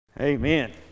Amen